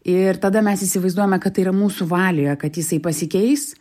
ir tada mes įsivaizduojame kad tai yra mūsų valioje kad jisai pasikeis